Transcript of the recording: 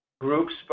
groups